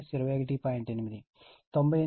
8 98